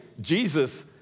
Jesus